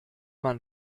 man